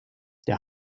der